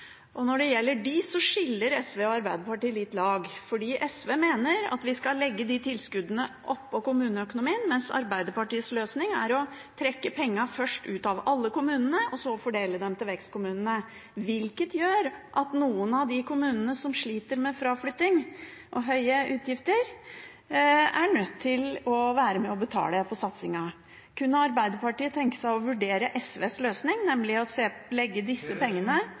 vekstkommunetilskudd. Når det gjelder dem, skiller SV og Arbeiderpartiet litt lag, fordi SV mener at vi skal legge de tilskuddene oppå kommuneøkonomien, mens Arbeiderpartiets løsning er først å trekke pengene ut av alle kommunene og så fordele dem til vekstkommunene. Dette gjør at noen av de kommunene som sliter med fraflytting og høye utgifter, er nødt til å være med på å betale for satsingen. Kunne Arbeiderpartiet tenke seg å vurdere SVs løsning – nemlig å legge disse pengene